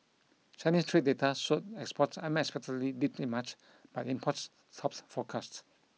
Chinese trade data showed exports unexpectedly dipped in March but imports topped forecasts